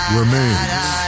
remains